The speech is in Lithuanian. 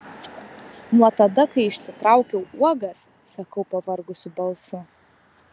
nuo tada kai išsitraukiau uogas sakau pavargusiu balsu